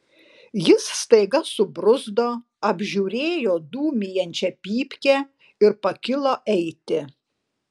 jis staiga subruzdo apžiūrėjo dūmijančią pypkę ir pakilo eiti